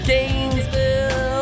Gainesville